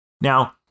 Now